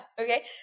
Okay